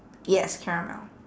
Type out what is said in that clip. yes caramel